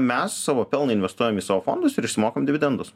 mes savo pelną investuojam į savo fondus ir išsimokam dividendus